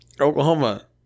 Oklahoma